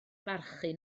barchu